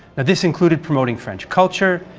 this included promoting french culture,